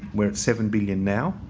where it's seven billion now,